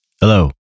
Hello